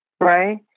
right